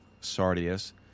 Sardius